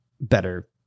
better